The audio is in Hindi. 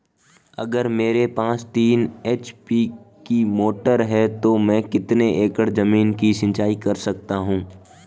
अगर मेरे पास तीन एच.पी की मोटर है तो मैं कितने एकड़ ज़मीन की सिंचाई कर सकता हूँ?